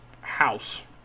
house